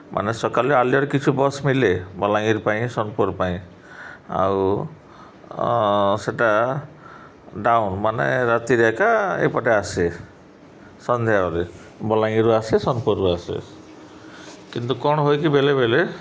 ମାନେ ସକାଳୁ ଆର୍ଲିର୍ କିଛି ବସ୍ ମିଲେ ବଲାଙ୍ଗୀର ପାଇଁ ସୋନପୁର ପାଇଁ ଆଉ ସେଇଟା ଡାଉନ୍ ମାନେ ରାତିରେ ଏକା ଏପଟେ ଆସେ ସନ୍ଧ୍ୟାବେଳେ ବଲାଙ୍ଗୀରୁ ଆସେ ସୋନପୁରରୁ ଆସେ କିନ୍ତୁ କ'ଣ ହୁଏକି ବେଳେବେଳେ